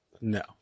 no